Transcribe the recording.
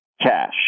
cash